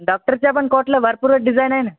डाॅक्टरच्या पण कोटला भरपूरच डिझाईन आहे ना